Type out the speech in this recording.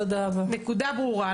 היו"ר מירב בן ארי (יו"ר ועדת ביטחון הפנים): הנקודה ברורה.